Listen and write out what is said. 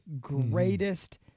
greatest